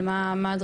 על מה הדרישה?